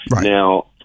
Now